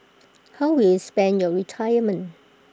how will you spend your retirement